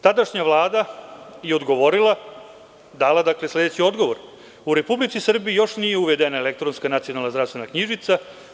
Tadašnja vlada je odgovorila, dala sledeći odgovor, u Republici Srbiji još nije uvedena elektronska nacionalna zdravstvena knjižica.